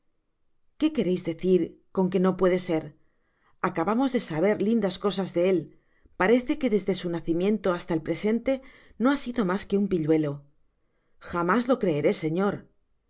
qué quereis decir con no puede ser acabamos de saber lindas cosas de él parece que desde su nacimiento hasta el presente no ha sido mas que un pilludo jamás lo creeré señor